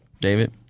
David